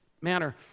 manner